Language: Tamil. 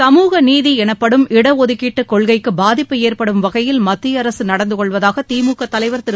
சமூக நீதி எனப்படும் இடஒதுக்கீட்டு கொள்கைக்கு பாதிப்பு ஏற்படும் வகையில் மத்திய அரசு நடந்துகொள்வதாக திமுக தலைவர் திரு